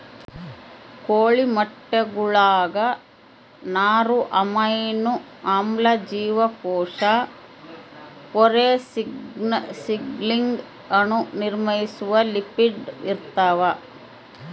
ಕೋಳಿ ಮೊಟ್ಟೆಗುಳಾಗ ನಾರು ಅಮೈನೋ ಆಮ್ಲ ಜೀವಕೋಶ ಪೊರೆ ಸಿಗ್ನಲಿಂಗ್ ಅಣು ನಿರ್ಮಿಸುವ ಲಿಪಿಡ್ ಇರ್ತಾವ